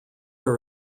are